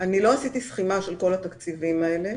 לא עשיתי סכימה של כל התקציבים האלה.